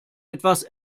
etwas